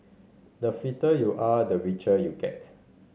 the fitter you are the richer you get